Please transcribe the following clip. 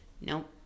nope